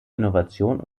innovation